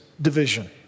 division